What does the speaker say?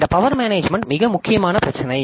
இந்த power management மிக முக்கியமான பிரச்சினை